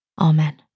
Amen